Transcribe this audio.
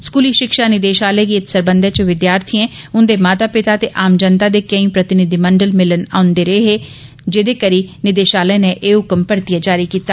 स्कूली शिक्षा निदेशालय गी इत सरबंधै च विद्यार्थियें उन्दे माता पिता ते आम जनता दे केंई प्रतिनिधिमंडल मिलन औंदे रौंदे हे जेदे करी निदेशालय नै एह ह्क्म परतियै जारी कीता